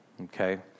okay